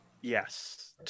Yes